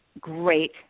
Great